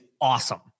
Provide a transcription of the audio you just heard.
awesome